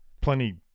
plenty